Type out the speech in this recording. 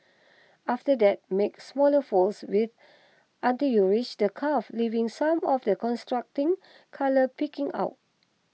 after that make smaller folds wiht until you reach the cuff leaving some of the contrasting colour peeking out